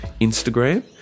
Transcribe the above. Instagram